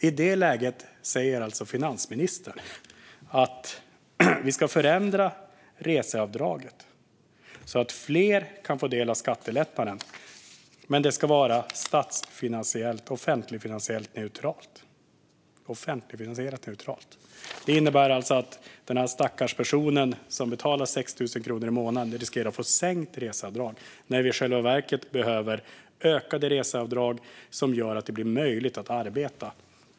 I detta läge säger alltså finansministern att man ska förändra reseavdraget så att fler kan få del av skattelättnaden, men det ska vara statsfinansiellt och offentligfinansiellt neutralt. Det innebär alltså att denna stackars person som betalar 6 000 kronor i månaden riskerar att få sänkt reseavdrag när det i själva verket behövs ökade reseavdrag som gör att det blir möjligt att arbeta.